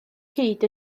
hyd